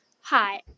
Hi